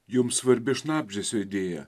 jums svarbi šnabždesio idėja